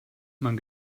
man